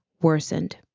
worsened